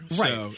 Right